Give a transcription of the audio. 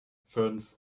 fünf